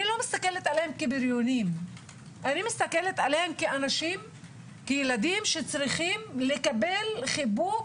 אני לא מסתכלת עליהם כבריונים אלא כילדים שצריכים לקבל חיבוק,